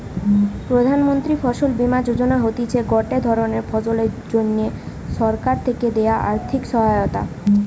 প্রধান মন্ত্রী ফসল বীমা যোজনা হতিছে গটে ধরণের ফসলের জন্যে সরকার থেকে দেয়া আর্থিক সহায়তা